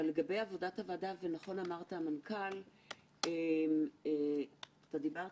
באמת פה אתם הרמתם עבודה ודוח מקצועי.